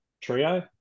trio